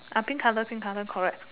pink colour pink colour correct